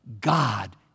God